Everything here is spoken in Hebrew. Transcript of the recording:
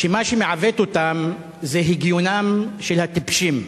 שמה שמעוות אותם זה הגיונם של הטיפשים.